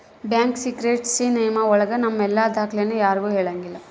bank secrecy ನಿಯಮ ಒಳಗ ನಮ್ ಎಲ್ಲ ದಾಖ್ಲೆನ ಯಾರ್ಗೂ ಹೇಳಂಗಿಲ್ಲ